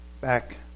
back